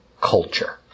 culture